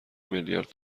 میلیارد